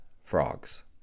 frogs